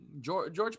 George